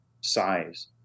size